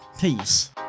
Peace